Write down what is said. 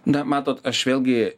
na matot aš vėlgi